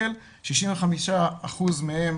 65% מהם